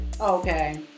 Okay